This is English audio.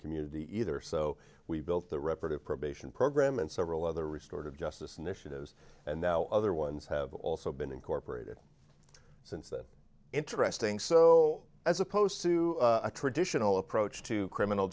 community either so we built the reparative probation program and several other restored of justice initiatives and now other ones have also been incorporated since that interesting so as opposed to a traditional approach to criminal